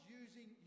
using